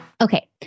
Okay